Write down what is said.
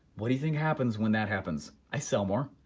what do you think happens when that happens? i sell more.